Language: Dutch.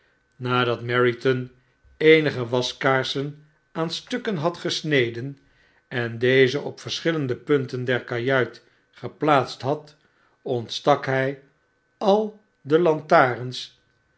voorwerpen nadatmeriton eenige waskaarsen aan stukken had gesneden en deze op verschillende punten der kajuit geplaatst had ontstak hjj al de lantaarns